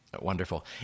Wonderful